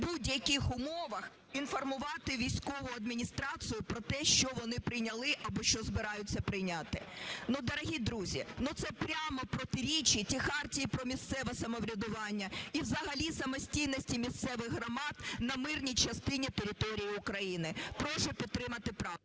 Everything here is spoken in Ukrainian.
будь-яких умовах інформувати військову адміністрацію про те, що вони прийняли або те, що збираються прийняти. Ну, дорогі друзі, ну, це прямо протирічить і хартії про місцеве самоврядування, і взагалі самостійності місцевих громад на мирній частині території України. Прошу підтримати правку.